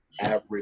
average